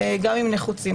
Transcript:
גם אם נחוצים.